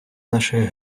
наших